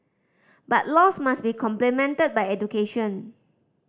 but laws must be complemented by education